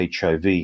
HIV